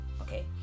okay